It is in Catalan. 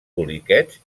poliquets